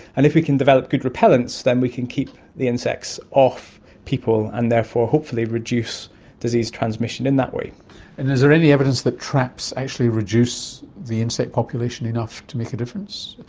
and if we can develop good repellents then we can keep the insects off people and therefore hopefully reduce disease transmission in that way. and is there any evidence that traps actually reduce the insect population enough to make a difference,